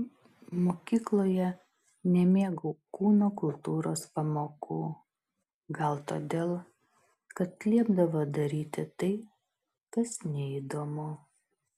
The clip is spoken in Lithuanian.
mokykloje nemėgau kūno kultūros pamokų gal todėl kad liepdavo daryti tai kas neįdomu